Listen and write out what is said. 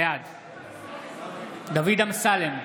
בעד דוד אמסלם,